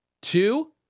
Two